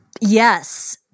Yes